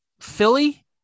Philly